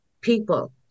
people